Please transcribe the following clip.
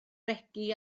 regi